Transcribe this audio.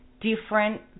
different